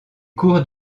cours